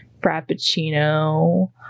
frappuccino